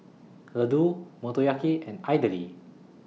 Ladoo Motoyaki and Idili